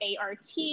ART